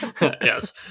Yes